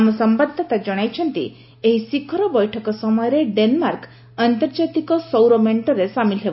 ଆମ ସମ୍ଭାଦଦାତା ଜଣାଇଛନ୍ତି ଏହି ଶିଖର ବୈଠକ ସମୟରେ ଡେନମାର୍କ ଆନ୍ତର୍ଜାତିକ ସୌର ମେଣ୍ଟରେ ସାମିଲ ହେବ